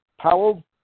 Powell